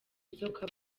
inzoka